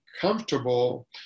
comfortable